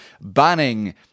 banning